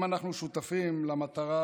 אם אנחנו שותפים למטרה